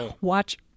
Watch